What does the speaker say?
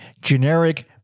generic